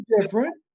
different